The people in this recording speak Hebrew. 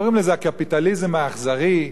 קוראים לזה "הקפיטליזם האכזרי",